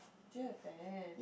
do you have pen